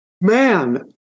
man